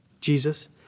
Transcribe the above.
Jesus